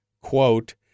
quote